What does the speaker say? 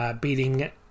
beating